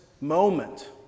moment